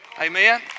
Amen